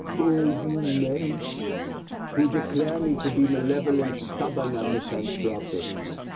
oh, you men who declare me to be malevolent, stubborn, and misanthropic,